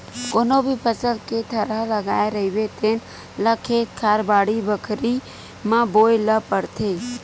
कोनो भी फसल के थरहा लगाए रहिबे तेन ल खेत खार, बाड़ी बखरी म बोए ल परथे